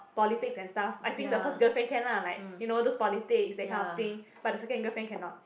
politics and stuff I think the first girlfriend can lah like you know just politics that kind of thing but the second girlfriend cannot